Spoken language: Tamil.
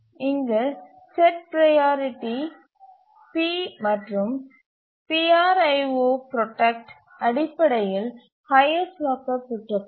இங்கு செட் ப்ரையாரிட்டி p மற்றும் P R I O product உள்ளது P R I O product அடிப்படையில் ஹைஎஸ்ட் லாக்கர் புரோடாகால்